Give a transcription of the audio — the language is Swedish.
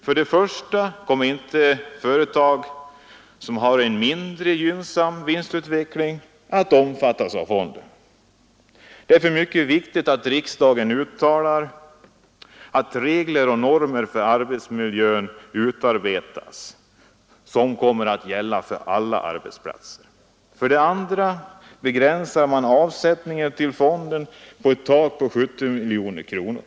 För det första kommer inte företag som har en mindre gynnsam vinstutveckling att omfattas av fonden. Det är därför mycket viktigt att riksdagen uttalar sig för att det utarbetas regler och normer för arbetsmiljön, som gäller alla arbetsplatser. För det andra begränsar man avsättningen till fonden genom att sätta ett tak vid 70 miljoner kronor.